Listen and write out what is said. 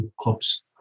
Clubs